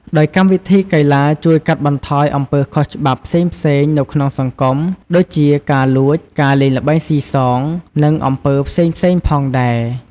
ដោយកម្មវិធីកីឡាជួយកាត់បន្ថយអំពើខុសច្បាប់ផ្សេងៗនៅក្នុងសង្គម ដូចជាការលួច ការលេងល្បែងស៊ីសង និងអំពើផ្សេងៗផងដែរ។